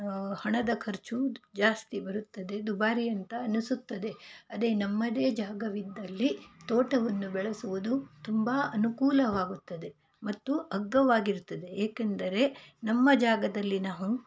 ಹಣದ ಖರ್ಚು ಜಾಸ್ತಿ ಬರುತ್ತದೆ ದುಬಾರಿ ಅಂತ ಅನಿಸುತ್ತದೆ ಅದೇ ನಮ್ಮದೇ ಜಾಗದಲ್ಲಿ ತೋಟವನ್ನು ಬೆಳೆಸುವುದು ತುಂಬ ಅನುಕೂಲವಾಗುತ್ತದೆ ಮತ್ತು ಅಗ್ಗವಾಗಿರುತ್ತದೆ ಏಕೆಂದರೆ ನಮ್ಮ ಜಾಗದಲ್ಲಿ ನಾವು